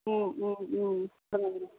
ம் ம் ம் கொடுங்க